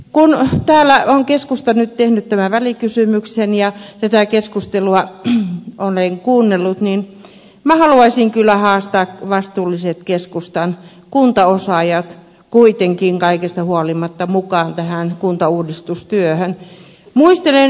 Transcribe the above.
kun täällä on keskusta nyt tehnyt tämän välikysymyksen ja tätä keskustelua olen kuunnellut niin minä haluaisin kyllä haastaa vastuulliset keskustan kuntaosaajat kuitenkin kaikesta huolimatta mukaan tähän kuntauudistustyöhön